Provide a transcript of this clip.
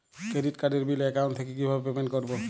Credit কার্ডের bill account থেকে কিভাবে পেমেন্ট করবো?